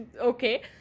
okay